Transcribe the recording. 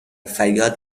فریاد